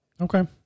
Okay